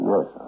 Yes